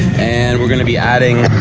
and we're going to be adding